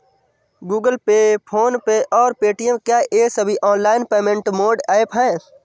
Google Pay PhonePe और Paytm क्या ये सभी ऑनलाइन पेमेंट मोड ऐप हैं?